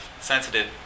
sensitive